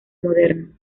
moderno